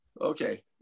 okay